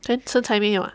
then 身材没有 ah